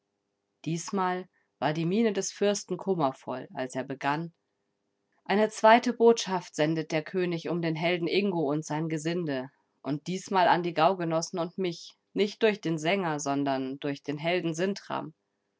diesmal war die miene des fürsten kummervoll als er begann eine zweite botschaft sendet der könig um den helden ingo und sein gesinde und diesmal an die gaugenossen und mich nicht durch den sänger sondern durch den helden sintram